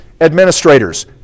administrators